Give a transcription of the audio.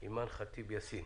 אימאן ח'טיב יאסין.